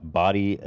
body